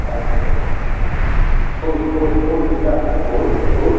अच्छा अच्छा full full full जूता है ना फूल फूल